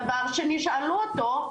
דבר שני, שאלו אותו,